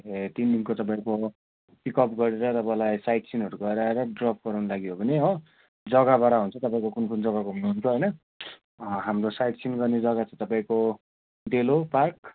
ए तीन दिनको तपाईँहरूको पिकअप गरेर तपाईँलाई साइट सिनहरू गराएर ड्रप गराउनु लागि हो भने हो जग्गाबाट हुन्छ तपाईँको कुन कुन जग्गाहरू घुम्नुहुन्छ हाम्रो साइट सिन गर्ने जगा चाहिँ तपाईँको डेलो पार्क